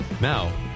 Now